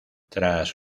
tras